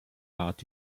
bad